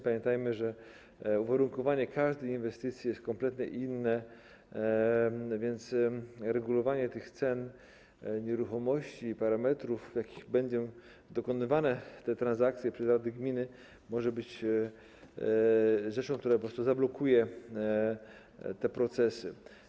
Pamiętajmy, że uwarunkowanie każdej inwestycji jest kompletnie inne, więc regulowanie tych cen nieruchomości i parametrów, w oparciu o jakie będą dokonywane te transakcje przez rady gminy, może być rzeczą, która po prostu zablokuje te procesy.